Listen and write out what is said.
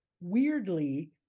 weirdly